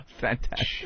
Fantastic